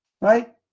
right